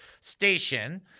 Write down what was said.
Station